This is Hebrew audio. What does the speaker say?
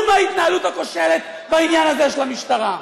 מההתנהלות הכושלת בעניין הזה של המשטרה.